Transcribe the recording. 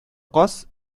каз